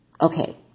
Okay